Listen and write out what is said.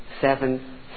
seven